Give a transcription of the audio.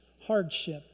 hardship